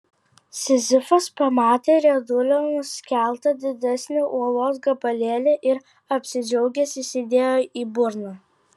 sizifas pamatė riedulio nuskeltą didesnį uolos gabalėlį ir apsidžiaugęs įsidėjo į burną